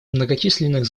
многочисленных